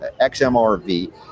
XMRV